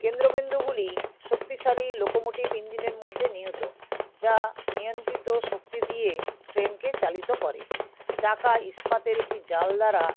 কেন্দ্রবিন্দুগুলি শক্তিশালী লোকোমোটিভ ইঞ্জিনের মধ্যে নিহিত যা নিয়ন্ত্রিত শক্তি দিয়ে ট্রেনকে চালিত করে চাকা ইস্পাতের একটি জাল দ্বারা